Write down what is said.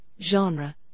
genre